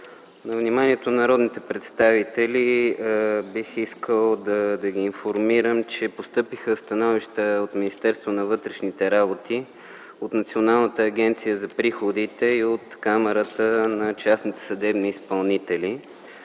На вниманието на народните представители – бих искал да ги информирам, че постъпиха становища от Министерството на вътрешните работи, от Националната агенция за приходите и от Камарата на частните съдебни изпълнители.